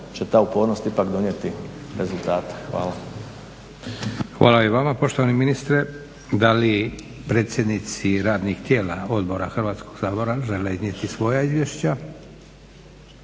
će ta upornost ipak donijeti rezultate. Hvala. **Leko, Josip (SDP)** Hvala i vama poštovani ministre. Da li predsjednici radnih tijela odbora Hrvatskog sabora žele iznijeti svoja izvješća?